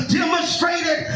demonstrated